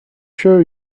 sure